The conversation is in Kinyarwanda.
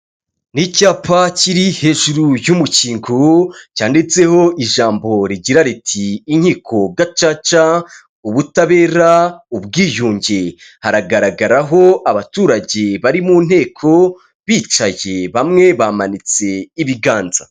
Ni icyapa kiri hejuru y'umukingo cyanditseho ijambo rigira riti inkiko gacaca, ubutabera, ubwiyunge haragaragaraho abaturage bari mu nteko bicaye bamwe bamanitse ibiganza.